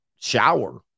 shower